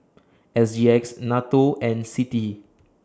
S G X NATO and CITI